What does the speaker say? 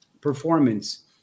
performance